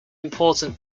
important